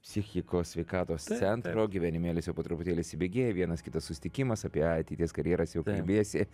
psichikos sveikatos centro gyvenimėlis jau po truputėlį įsibėgėja vienas kitas susitikimas apie ateities karjeras jau kalbiesi